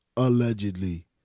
Allegedly